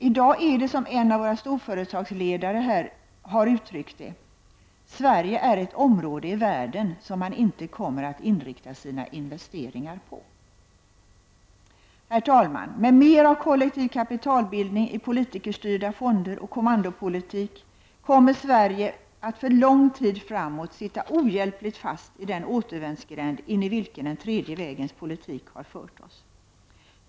I dag är det som en av våra storföretagsledare har uttryckt det: ”Sverige är ett område i världen som man inte kommer att inrikta sina investeringar på.” Herr talman! Med mer av kollektiv kapitalbildning i politikerstyrda fonder och kommandopolitik kommer Sverige att för lång tid framåt sitta ohjälpligt fast i den återvändsgränd in i vilken den tredje vägens politik har fört oss.